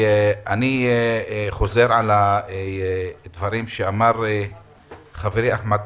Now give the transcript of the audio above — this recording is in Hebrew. אני חוזר על הדברים שאמר חברי אחמד